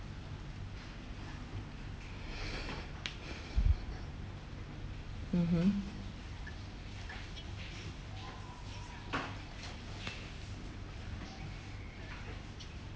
mmhmm